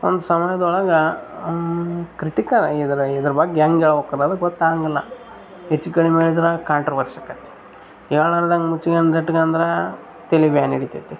ಒಂದು ಸಮಯದೊಳಗ ಕ್ರಿಟಿಕಲ್ ಇದ್ರೆ ಇದ್ರ ಬಗ್ಗೆ ಹೆಂಗೆ ಹೇಳ್ಬಕು ಅನ್ನೋದು ಗೊತ್ತಾಗೊಂಗಿಲ್ಲ ಹೆಚ್ಚು ಕಡಿಮೆ ಆದ್ರೆ ಕಾಂಟ್ರವರ್ಶಕತಿ ಹೇಳ್ಲಿಲ್ದಂಗೆ ಮುಚ್ಚಿಕೊಂಡ್ ಇಟ್ಕೊಂದ್ರೆ ತಲಿಬ್ಯಾನಿಡಿತತಿ